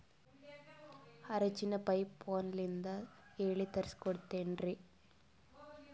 ಆರಿಂಚಿನ ಪೈಪು ಫೋನಲಿಂದ ಹೇಳಿ ತರ್ಸ ಕೊಡ್ತಿರೇನ್ರಿ?